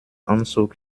anzug